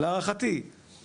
להערכתי,